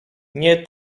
nie